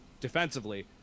defensively